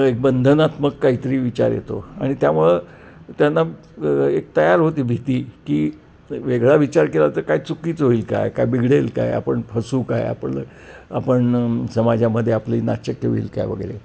एक बंधनात्मक काहीतरी विचार येतो आणि त्यामुळं त्यांना एक तयार होती भीती की वेगळा विचार केला तर काय चुकीचं होईल काय काय बिघडेल काय आपण फसू काय आपलं आपण समाजामध्ये आपली नाचक्की होईल काय वगैरे